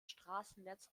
straßennetz